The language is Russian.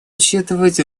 учитывать